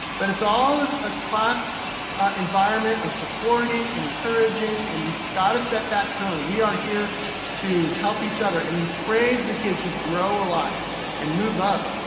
but it's all in ah class environment of supporting and encouraging and you've gotta set that tone. we are here to help each other. and you praise the kids who grow ah lot and move up.